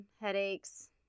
headaches